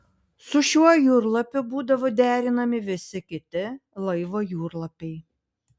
su šiuo jūrlapiu būdavo derinami visi kiti laivo jūrlapiai